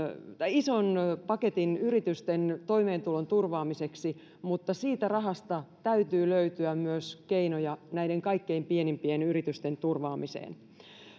ison paketin yritysten toimeentulon turvaamiseksi mutta siitä rahasta täytyy löytyä myös keinoja näiden kaikkein pienimpien yritysten turvaamiseen